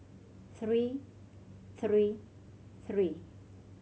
three three three